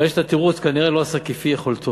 אבל יש את התירוץ: כנראה לא עשה כפי יכולתו.